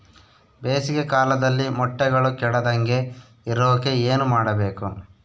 ಬೇಸಿಗೆ ಕಾಲದಲ್ಲಿ ಮೊಟ್ಟೆಗಳು ಕೆಡದಂಗೆ ಇರೋಕೆ ಏನು ಮಾಡಬೇಕು?